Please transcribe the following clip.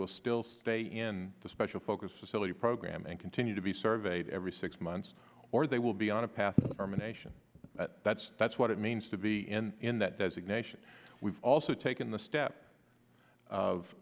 will still stay in the special focus facility program and continue to be surveyed every six months or they will be on a path from a nation that's that's what it means to be in that designation we've also taken the step of